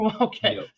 Okay